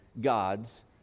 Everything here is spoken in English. gods